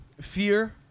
fear